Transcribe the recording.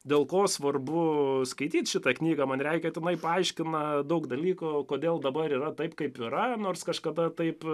dėl ko svarbu skaityt šitą knygą man regis kad jinai paaiškina daug dalykų kodėl dabar yra taip kaip yra nors kažkada taip